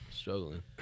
Struggling